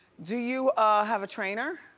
do you have a trainer?